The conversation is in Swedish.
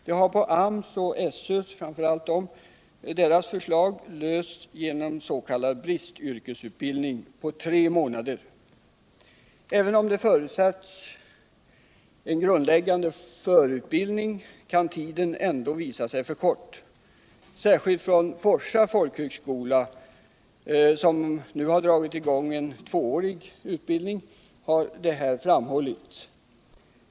Det problemet har på AMS och SÖ:s förslag lösts genom s.k. bristyrkesutbildning på tre månader. Även om det förutsätts en grundläggande förutbildning kan tiden ändå visa sig för kort. Särskilt från Forsa folkhögskola, som nu har dragit i gång en tvåårig utbildning, har detta framhållits.